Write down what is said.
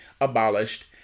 abolished